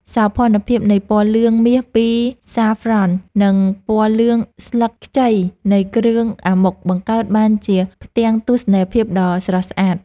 សោភ័ណភាពនៃពណ៌លឿងមាសពីសាហ្វ្រ៉ន់ និងពណ៌លឿងស្លឹកខ្ចីនៃគ្រឿងអាម៉ុកបង្កើតបានជាផ្ទាំងទស្សនីយភាពដ៏ស្រស់ស្អាត។